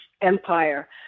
empire